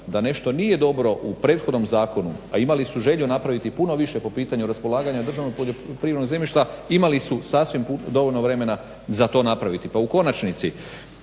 da nešto nije dobro u prethodnom zakonu, a imali su želju napraviti puno više po pitanju raspolaganja državnom poljoprivrednog zemljišta, imali su sasvim dovoljno vremena za to napraviti. Pa u konačnici